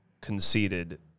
conceded